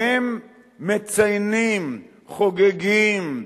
והם מציינים, חוגגים,